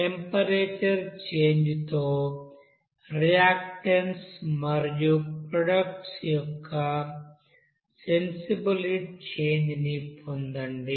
temperature చేంజ్తో reactants మరియు products యొక్క సెన్సిబిల్ హీట్ చేంజ్ను పొందండి